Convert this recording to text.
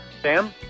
Sam